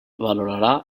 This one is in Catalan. valorarà